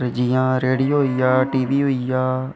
जियां रेडियो होइया टीवी होइया